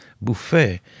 buffet